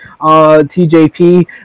TJP